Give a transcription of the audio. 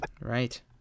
Right